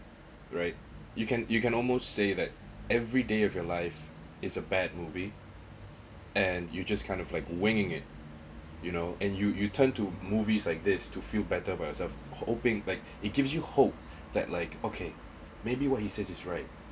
right you can you can almost say that every day of your life is a bad movie and you just kind of like winging it you know and you you turn to movies like this to feel better about yourself hoping like it gives you hope that like okay maybe what he says is right